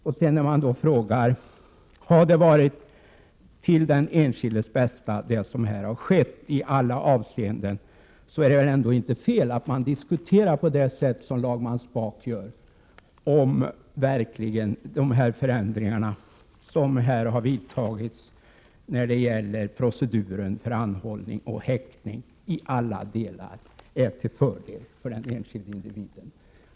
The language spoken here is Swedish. När det gäller frågan om det som här har skett har varit till den enskildes bästa i alla avseenden, så är det väl ändå inte fel att man diskuterar på det sätt som lagman Spak gör, om de förändringar som har vidtagits när det gäller proceduren för anhållan och häktning i alla delar är till fördel för den enskilde individen.